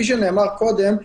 כפי שנאמר קודם,